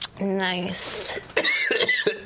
Nice